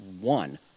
one